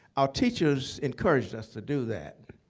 our teachers encouraged us to do that.